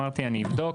אמרתי אני אבדוק.